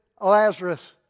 Lazarus